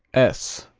s